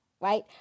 right